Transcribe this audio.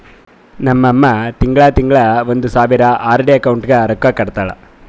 ನಮ್ ಅಮ್ಮಾ ತಿಂಗಳಾ ತಿಂಗಳಾ ಒಂದ್ ಸಾವಿರ ಆರ್.ಡಿ ಅಕೌಂಟ್ಗ್ ರೊಕ್ಕಾ ಕಟ್ಟತಾಳ